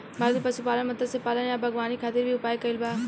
भारत में पशुपालन, मत्स्यपालन आ बागवानी खातिर भी उपाय कइल बा